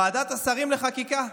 ועדת השרים לחקיקה.